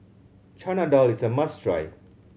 Chana Dal is a must try